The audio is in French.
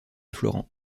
florent